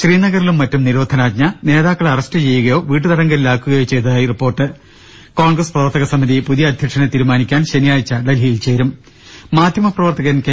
ശ്രീനഗറിലും മറ്റും നിരോധനാജ്ഞ നേതാക്കളെ അറസ്റ്റ് ചെയ്യുകയോ വീട്ടുതടങ്കലിലാക്കുകയോ ചെയ്തതായി റിപ്പോർട്ട് കോൺഗ്രസ് പ്രവർത്തകസമിതി പുതിയ് അധ്യക്ഷനെ തീരുമാനിക്കാൻ ശനി യാഴ്ച ഡൽഹിയിൽ ചേരും മാധ്യമപ്രവർത്തകൻ കെ